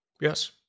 yes